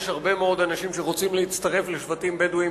יש הרבה מאוד אנשים שרוצים להצטרף לשבטים בדואיים